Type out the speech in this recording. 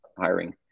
hiring